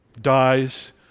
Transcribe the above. dies